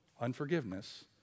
unforgiveness